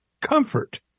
comfort